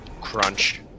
Crunch